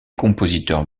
compositeurs